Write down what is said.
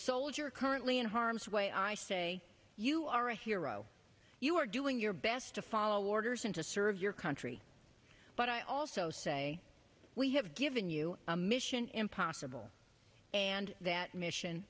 soldier currently in harm's way i say you are a hero you are doing your best to follow orders and to serve your country but i also say we have given you a mission impossible and that mission